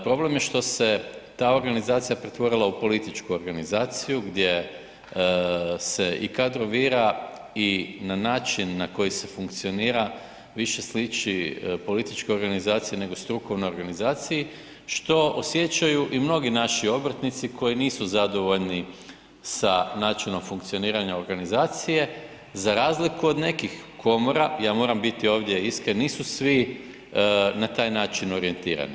Problem je što se ta organizacija pretvorila u političku organizaciju gdje se i kadrovira i na način na koji se funkcionira više sliči političkoj organizaciji nego strukovnoj organizaciji što osjećaju i mnogi naši obrtnici koji nisu zadovoljni sa načinom funkcioniranja organizacije, za razliku od nekih komora, ja moram biti ovdje iskren, nisu svi na taj način orijentirani.